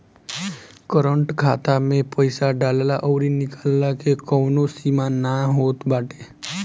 current खाता में पईसा डालला अउरी निकलला के कवनो सीमा ना होत बाटे